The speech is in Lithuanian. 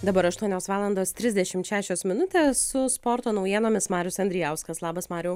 dabar aštuonios valandos trisdešimt šešios minutės su sporto naujienomis marius andrijauskas labas mariau